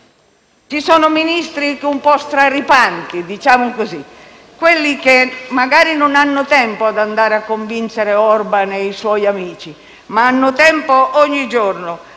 ci sono Ministri un po' straripanti, diciamo così, quelli che magari non hanno tempo di andare a convincere Orban e i suoi amici, ma hanno tempo ogni giorno